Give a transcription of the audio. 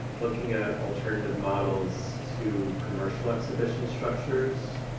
looking at alternative models to commercial exhibition structures.